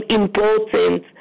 important